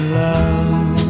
love